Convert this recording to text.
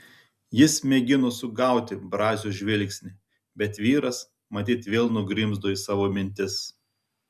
jis mėgino sugauti brazio žvilgsnį bet vyras matyt vėl nugrimzdo į savo mintis